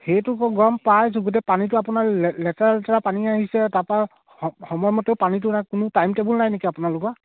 সেইটোতো গম পাইছোঁ গোটেই পানীটো আপোনাৰ লে লেতেৰা লেতেৰা পানী আহিছে তাৰপৰা স সময়মতেও পানীটো কোনো টাইম টেবুল নাই নেকি আপোনালোকৰ